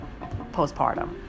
postpartum